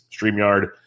StreamYard